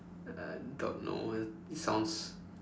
I don't know it it sounds